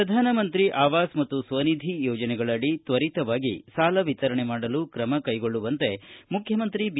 ಪ್ರಧಾನಮಂತ್ರಿ ಆವಾಸ್ ಮತ್ತು ಸ್ವನಿಧಿ ಯೋಜನೆಗಳಡಿ ತ್ವರಿತವಾಗಿ ಸಾಲ ವಿತರಣೆ ಮಾಡಲು ಕ್ರಮ ಕೈಗೊಳ್ಳುವಂತೆ ಮುಖ್ಯಮಂತ್ರಿ ಬಿ